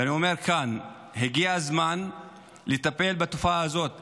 ואני אומר כאן, הגיע הזמן לטפל בתופעה הזאת.